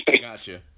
Gotcha